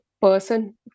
person